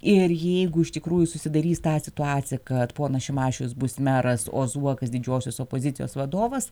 ir jeigu iš tikrųjų susidarys tą situacija kad ponas šimašius bus meras o zuokas didžiosios opozicijos vadovas